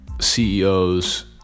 CEOs